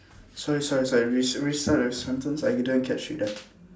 sorry sorry sorry re~ restart the sentence I didn't catch you there